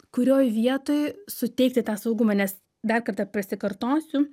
kurioj vietoj suteikti tą saugumą nes dar kartą prasikartosiu